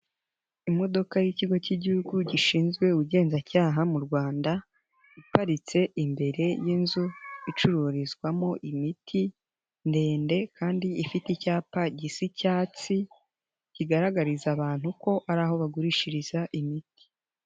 Imodoka y'ikigo cy'igihugu gishinzwe ubugenzacyaha mu Rwanda, iparitse imbere y'inzu icururizwamo imiti ndende kandi ifite icyapa gisa icyatsi, kigaragariza abantu ko ari aho bagurishiriza imiti.